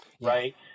right